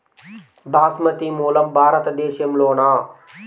బాస్మతి మూలం భారతదేశంలోనా?